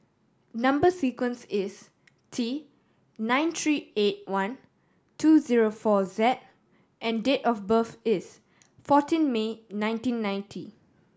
number sequence is T nine three eight one two zero four Z and date of birth is fourteen May nineteen ninety